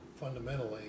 fundamentally